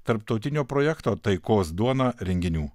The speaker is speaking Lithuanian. tarptautinio projekto taikos duona renginių